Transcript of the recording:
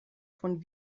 von